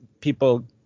people